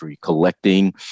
collecting